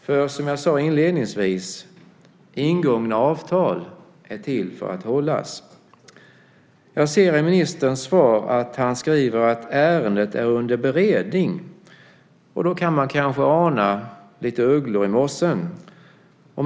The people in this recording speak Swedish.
För, som jag sade inledningsvis, ingångna avtal är till för att hållas. Jag ser i ministerns svar att han skriver att ärendet är under beredning. Då kan man kanske ana lite ugglor i mossen.